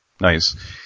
Nice